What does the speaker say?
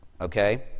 Okay